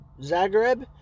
Zagreb